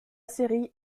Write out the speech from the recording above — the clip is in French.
série